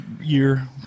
year